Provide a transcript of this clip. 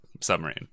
submarine